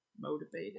motivated